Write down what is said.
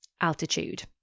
altitude